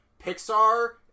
Pixar